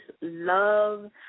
Love